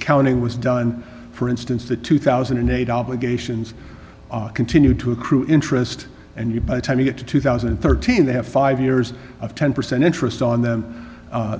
accounting was done for instance the two thousand and eight obligations continue to accrue interest and you by the time you get to two thousand and thirteen they have five years of ten percent interest on them